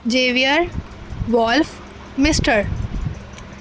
xavier wolf mister